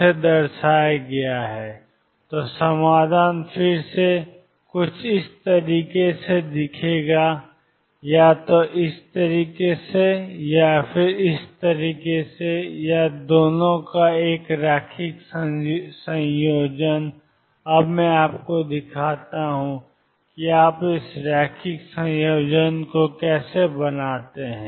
ψ या 2mEψ0 तो समाधान फिर से हैं e2mE2x या e 2mE2x या दोनों का एक रैखिक संयोजन अब मैं आपको दिखाता हूं कि आप इस रैखिक संयोजन को कैसे बनाते हैं